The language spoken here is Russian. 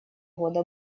года